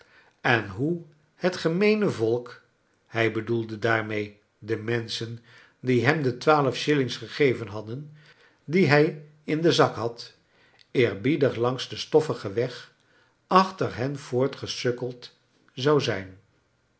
en hoe het gemeene volk hij bedoelde daarmee de menschen die hem de twaalf shillings gegeven hadden die hij in den zak had eerbiedig langs den stoffigen weg achter hen voortgesukkeld zou zijn